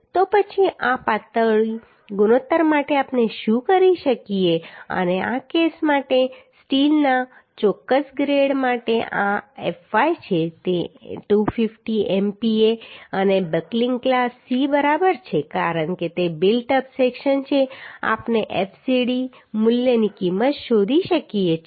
તો પછી આ પાતળી ગુણોત્તર માટે આપણે શું કરી શકીએ અને આ કેસ માટે સ્ટીલના ચોક્કસ ગ્રેડ માટે આ fy છે તે 250 MPa અને બકલિંગ ક્લાસ c બરાબર છે કારણ કે તે બિલ્ટ અપ સેક્શન છે આપણે fcd મૂલ્યની કિંમત શોધી શકીએ છીએ